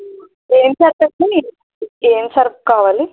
ఏమి సర్ఫ్ అండి ఏమి సర్ఫ్ కావాలి